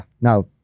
now